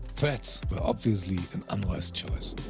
threats were obviously an unwise choice.